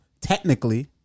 technically